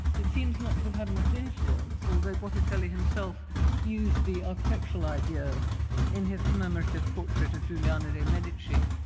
it seems not to have had much influence, although botticelli himself used the architectural ideas in his commemorative portrait of giuliana de medici,